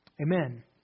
Amen